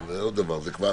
זה כבר